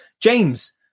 James